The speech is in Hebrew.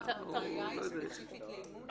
נושא של אימוץ,